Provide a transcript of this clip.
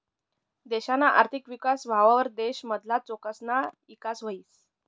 देशना आर्थिक विकास व्हवावर देश मधला लोकसना ईकास व्हस